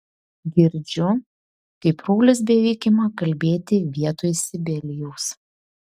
girdžiu kaip raulis beveik ima kalbėti vietoj sibelijaus